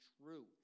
true